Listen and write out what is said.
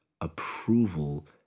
approval